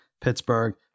Pittsburgh